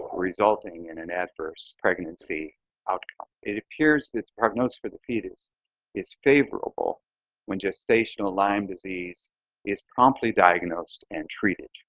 resulting in an adverse pregnancy outcome. it appears this prognosis for the fetus is favorable when gestational lyme disease is promptly diagnosed and treated.